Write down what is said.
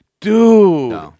Dude